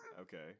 Okay